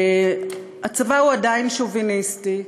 הצבא הוא עדיין שוביניסטי,